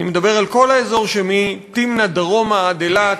אני מדבר על כל האזור שמתמנע דרומה עד אילת.